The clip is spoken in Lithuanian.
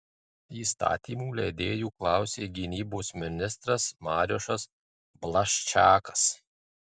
įstatymų leidėjų klausė gynybos ministras mariušas blaščakas